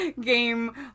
game